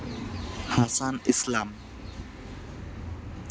Hasan Islam